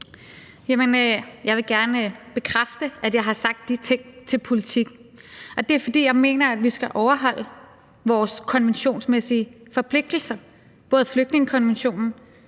jeg vil gerne bekræfte, at jeg har sagt de ting til Politiken. Det er, fordi jeg mener, at vi skal overholde vores konventionsmæssige forpligtelser, både flygtningekonventionen